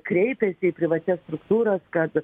kreipėsi į privačias struktūras kad